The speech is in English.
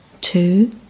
Two